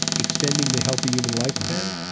extending the healthy human lifespan,